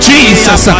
Jesus